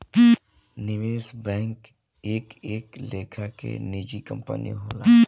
निवेश बैंक एक एक लेखा के निजी कंपनी होला